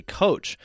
coach